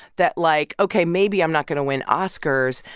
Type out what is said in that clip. that, like, ok, maybe i'm not going to win oscars,